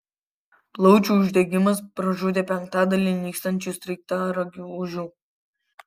plaučių uždegimas pražudė penktadalį nykstančių sraigtaragių ožių